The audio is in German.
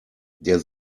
der